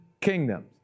kingdoms